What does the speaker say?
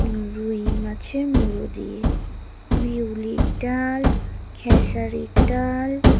রুই মাছের মুড়ো দিয়ে বিউলির ডাল খেসারির ডাল